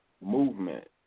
movement